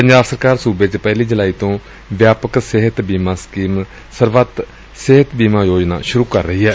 ਪੰਜਾਬ ਸਰਕਾਰ ਸੁਬੇ ਚ ਪਹਿਲੀ ਜੁਲਾਈ ਤੋ ਵਿਆਪਕ ਸਿਹਤ ਬੀਮਾ ਸਕੀਮ ਸਰਬੱਤ ਸਿਹਤ ਬੀਮਾ ਯੋਜਨਾ ਸੁਰੂ ਕਰ ਰਹੀ ਏ